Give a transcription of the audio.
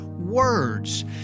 Words